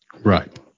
right